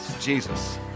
Jesus